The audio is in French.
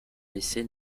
laissée